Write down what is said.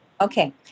Okay